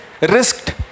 risked